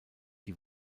die